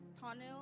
tunnel